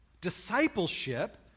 discipleship